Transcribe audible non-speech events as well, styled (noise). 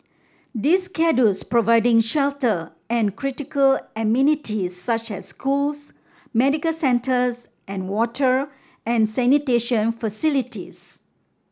this (unintelligible) providing shelter and critical amenities such as schools medical centres and water and sanitation facilities